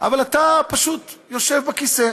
אבל אתה פשוט יושב בכיסא,